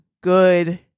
good